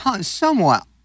somewhat